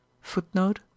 Footnote